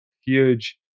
huge